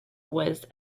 was